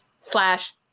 slash